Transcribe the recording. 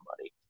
money